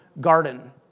garden